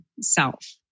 self